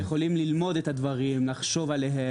אנחנו יכולים ללמוד את הדברים, לחשוב עליהם.